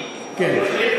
ליצמן אמר לו שכל ההעברות,